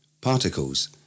Particles